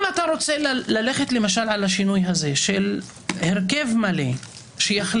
אם אתה רוצה ללכת למשל על השינוי הזה של הרכב מלא שיחליט,